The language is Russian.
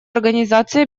организации